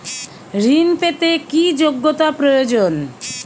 ঋণ পেতে কি যোগ্যতা প্রয়োজন?